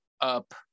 up